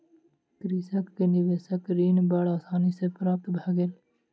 कृषक के निवेशक ऋण बड़ आसानी सॅ प्राप्त भ गेल